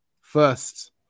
First